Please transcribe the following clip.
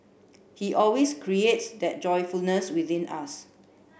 he always creates that joyfulness within us